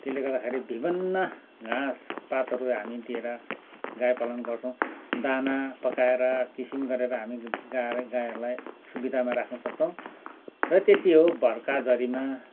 त्यसले गर्दाखेरि विभिन्न घाँस पातहरू हामी दिएर गाई पालन गर्छौँ दाना पकाएर किसिम गरेर हामी गाईहरूलाई सुविधामा राख्न सक्छौँ र त्यति हो बर्खा झरिमा